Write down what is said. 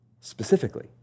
specifically